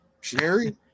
Sherry